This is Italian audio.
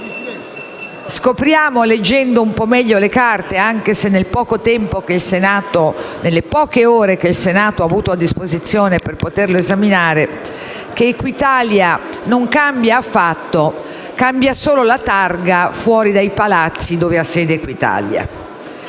scopriamo, leggendo un po' meglio le carte (anche se nelle poche ore che il Senato ha avuto a disposizione per poterle esaminare), che Equitalia non cambia affatto: cambia solo la targa all'esterno dei palazzi dove ha sede.